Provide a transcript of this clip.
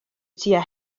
tua